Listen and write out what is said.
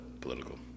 political